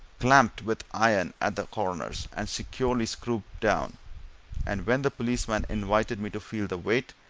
clamped with iron at the corners, and securely screwed down and when the policemen invited me to feel the weight,